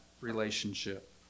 relationship